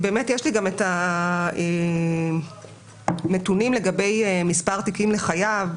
יש לי הנתונים לגבי מספר תיקים לחייב.